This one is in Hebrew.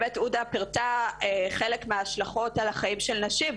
הודא פירטה חלק מההשלכות על החיים של נשים,